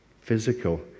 physical